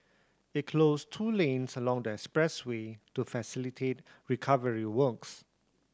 it closed two lanes along the expressway to facilitate recovery works